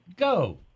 go